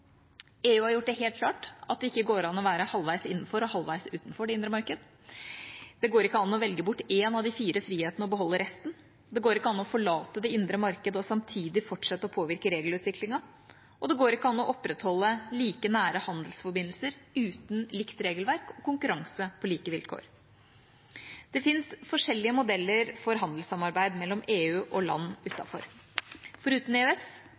EU har gjort det helt klart at det ikke går an å være halvveis innenfor og halvveis utenfor det indre marked. Det går ikke an å velge bort én av de fire frihetene og beholde resten. Det går ikke an å forlate det indre marked og samtidig fortsette å påvirke regelutviklingen. Og det går ikke an å opprettholde like nære handelsforbindelser uten likt regelverk og konkurranse på like vilkår. Det fins forskjellige modeller for handelssamarbeid mellom EU og land utenfor. Foruten EØS